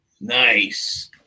nice